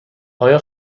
آیا